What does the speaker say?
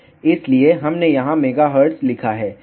इसलिए हमने यहां MHz लिखा है